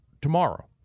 tomorrow